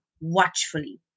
watchfully